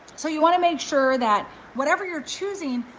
so you wanna make sure that whatever you're choosing,